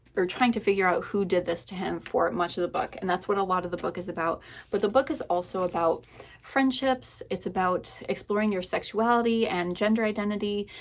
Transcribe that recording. or trying to figure out who did this to him for much of the book, and that's what a lot of the book is about. but the book is also about friendships, it's about exploring your sexuality and gender identity,